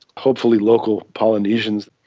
hopefully local polynesians.